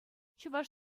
чӑваш